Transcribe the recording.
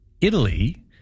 Italy